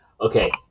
Okay